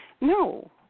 no